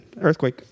Earthquake